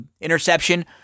interception